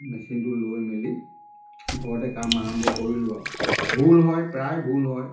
মেচিনটো লৈ মেলি ঘৰতে কাম আৰম্ভ কৰিলোঁ আৰু ভুল হয় প্ৰায় ভুল হয়